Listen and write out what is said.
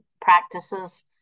practices